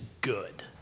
good